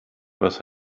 was